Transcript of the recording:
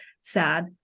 sad